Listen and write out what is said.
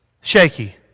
shaky